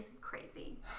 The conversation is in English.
crazy